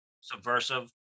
subversive